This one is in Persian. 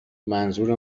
منظور